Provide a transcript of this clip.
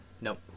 Nope